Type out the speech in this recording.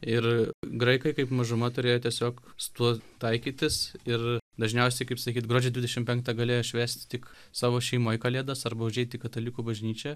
ir graikai kaip mažuma turėjo tiesiog su tuo taikytis ir dažniausiai kaip sakyt gruodžio dvidešimt penkta galėjo švęst tik savo šeimoj kalėdas arba užeit į katalikų bažnyčią